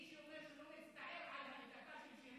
מי שאומר שהוא לא מצטער על הריגתה של שירין,